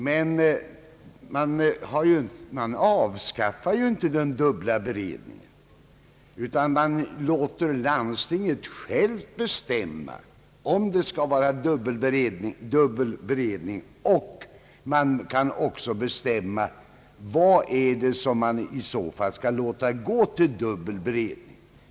Man avskaffar inte den dubbla beredningen, utan man låter landstinget självt bestämma huruvida det skall vara dubbel beredning. Landstinget kan också bestämma vad som i så fall skall gå till dubbel beredning.